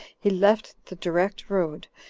he left the direct road,